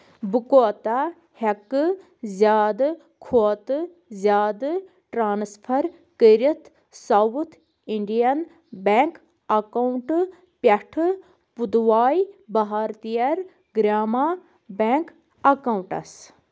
بہٕ کوتاہ ہٮ۪کہٕ زِیٛادٕ کھۅتہٕ زِیٛادٕ ٹرٛانٕسفر کٔرِتھ ساوُتھ اِنٛڈین بیٚنٛک اکاونٹہٕ پٮ۪ٹھٕ پُدوٲے بھارتِیر گرٛاما بیٚنٛک اکاوُنٹَس